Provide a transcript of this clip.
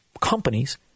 companies